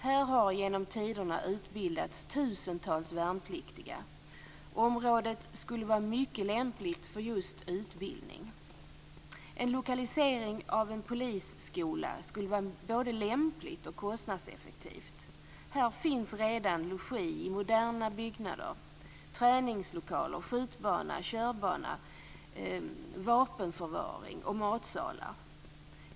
Här har genom tiderna utbildats tusentals värnpliktiga. Området skulle vara mycket lämpligt för just utbildning. En lokalisering av en polishögskola skulle vara både lämpligt och kostnadseffektivt. Här finns redan logi i moderna byggnader, träningslokaler, skjutbana, körbana, vapenförvaring och matsalar.